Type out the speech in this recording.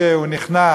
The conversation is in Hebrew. רוצה